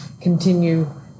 continue